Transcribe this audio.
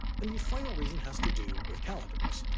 and the final reason has to do with calendars.